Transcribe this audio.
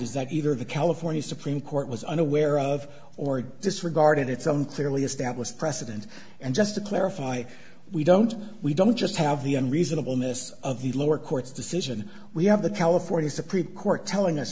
that either the california supreme court was unaware of or disregarded its own clearly established precedent and just to clarify we don't we don't just have the unreasonable miss of the lower court's decision we have the california supreme court telling us